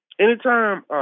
Anytime